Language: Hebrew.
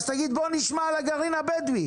אז תגיד בואו נשמע על הגרעין הבדואי.